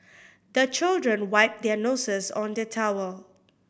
the children wipe their noses on the towel